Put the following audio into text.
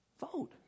Vote